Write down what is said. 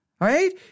right